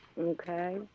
Okay